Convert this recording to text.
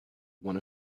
one